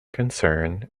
concern